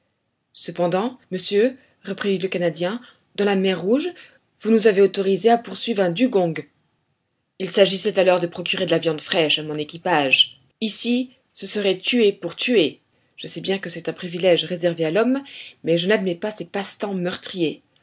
cependant monsieur reprit le canadien dans la mer rouge vous nous avez autorisés à poursuivre un dugong il s'agissait alors de procurer de la viande fraîche à mon équipage ici ce serait tuer pour tuer je sais bien que c'est un privilège réservé à l'homme mais je n'admets pas ces passe-temps meurtriers